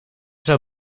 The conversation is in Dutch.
zou